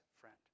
friend